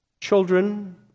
children